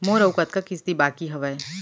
मोर अऊ कतका किसती बाकी हवय?